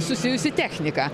susijusi technika